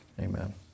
Amen